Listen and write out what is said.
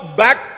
back